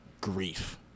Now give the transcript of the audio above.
grief